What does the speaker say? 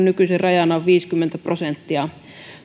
nykyisin rajana on viisikymmentä prosenttia